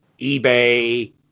Ebay